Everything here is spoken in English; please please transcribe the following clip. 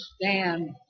stand